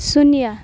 शून्य